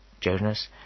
Jonas